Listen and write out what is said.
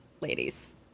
ladies